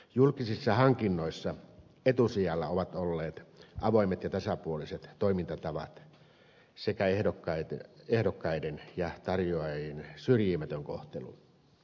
julkisissa hankinnoissa etusijalla ovat olleet avoimet ja tasapuoliset toimintatavat sekä ehdokkaiden ja tarjoajien syrjimätön kohtelu